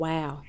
Wow